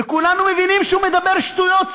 וכולנו מבינים שהוא מדבר שטויות,